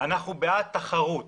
"אנחנו בעד תחרות"